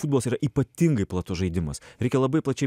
futbolas yra ypatingai platus žaidimas reikia labai pačiai